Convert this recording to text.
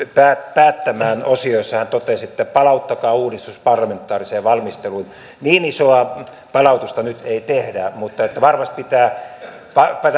päättämään osioon jossa hän totesi että palauttakaa uudistus parlamentaariseen valmisteluun niin isoa palautusta nyt ei tehdä mutta varmasti pitää